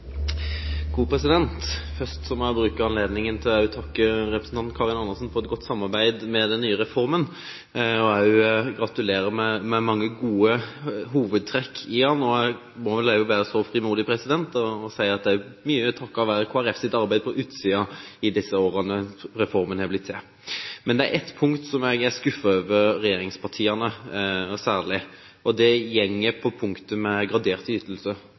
Først må jeg bruke anledningen til å takke representanten Karin Andersen for et godt samarbeid om den nye reformen og også gratulere med mange gode hovedtrekk i den. Jeg må vel også være så frimodig og si at det er mye takket være Kristelig Folkepartis arbeid på utsiden i disse årene at reformen har blitt til. Men det er på ett punkt jeg er særlig skuffet over regjeringspartiene. Det er punktet om graderte ytelser eller muligheten til å komme inn i uføreordningen med